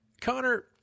Connor